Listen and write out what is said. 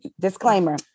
disclaimer